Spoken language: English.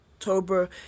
October